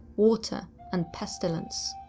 water and pestilence.